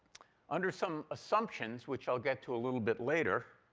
under some assumptions, which i'll get to a little bit later,